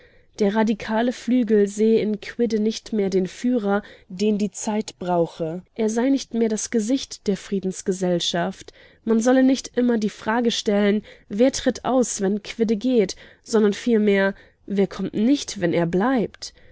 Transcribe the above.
der radikale flügel sähe in quidde nicht mehr den führer den die zeit brauche er sei nicht mehr das gesicht der friedensgesellschaft man solle nicht immer die frage stellen wer tritt aus wenn quidde geht sondern vielmehr wer kommt nicht wenn er bleibt